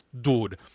dude